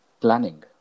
Planning